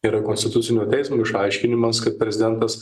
yra konstitucinio teismo išaiškinimas kad prezidentas